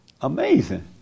Amazing